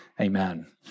Amen